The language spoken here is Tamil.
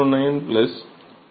609 1